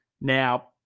Now